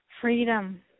Freedom